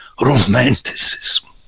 Romanticism